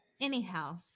Anyhow